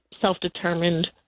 self-determined